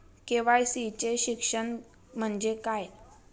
KYC चे शिक्षण म्हणजे काय?